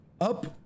up